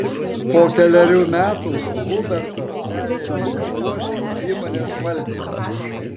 po kelerių metų hubertas perėmė iš uošvio įmonės valdymą